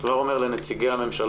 אני כבר אומר לנציגי הממשלה,